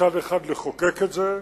מצד אחד לחוקק את זה,